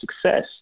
success